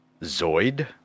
Zoid